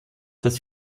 das